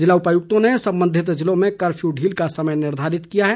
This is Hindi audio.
ज़िला उपायुक्तों ने संबंधित ज़िलों में कफ्यू ढील का समय निर्धारित किया है